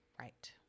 Right